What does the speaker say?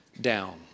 down